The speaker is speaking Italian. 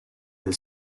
del